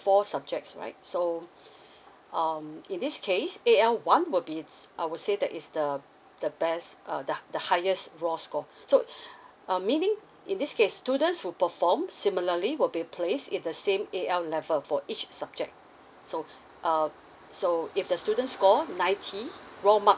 four subjects right so um in this case A_L one will be it's I would say that is the the best uh the the highest raw score so uh meaning in this case students who perform similarly will be placed in the same A_L level for each subject so um so if the students score ninety raw marks